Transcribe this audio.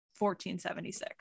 1476